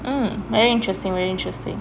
mmhmm very interesting very interesting